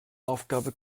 aufgabe